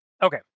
Okay